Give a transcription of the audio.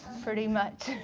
pretty much.